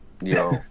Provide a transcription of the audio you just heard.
yo